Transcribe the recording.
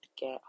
get